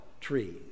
trees